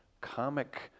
comic